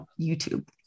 YouTube